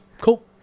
cool